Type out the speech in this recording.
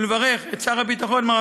ולברך את שר הביטחון,